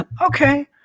Okay